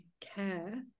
care